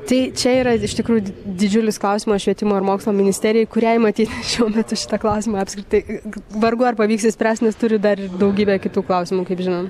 tai čia yra iš tikrųjų didžiulis klausimas švietimo ir mokslo ministerijai kuriai matyt šiuo metu šitą klausimą apskritai vargu ar pavyks išspręsti nes turi dar daugybę kitų klausimų kaip žinom